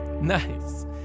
Nice